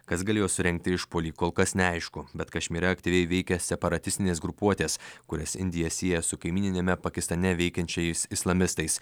kas galėjo surengti išpuolį kol kas neaišku bet kašmyre aktyviai veikia separatistinės grupuotės kurias indija sieja su kaimyniniame pakistane veikiančiais islamistais